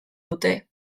dute